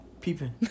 peeping